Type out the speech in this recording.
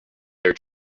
their